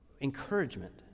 encouragement